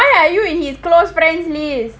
why are you in his close friends list